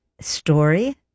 story